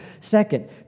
Second